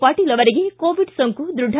ಪಾಟೀಲ್ ಅವರಿಗೆ ಕೋವಿಡ್ ಸೋಂಕು ದೃಢ